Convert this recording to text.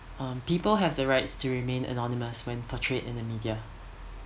um people have the rights to remain anonymous when portrayed in the media